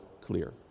clear